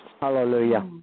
Hallelujah